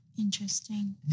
Interesting